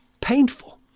painful